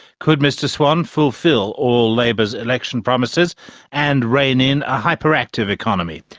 could mr swan fulfil all labor's election promises and rein in a hyperactive economy?